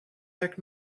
heck